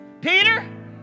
Peter